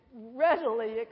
readily